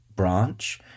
branch